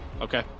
Okay